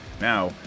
Now